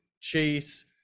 Chase